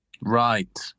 Right